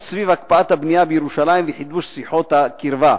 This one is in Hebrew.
סביב הקפאת הבנייה בירושלים וחידוש שיחות הקרבה.